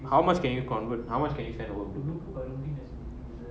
how much can you convert how much can you can do